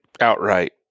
outright